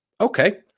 Okay